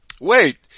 Wait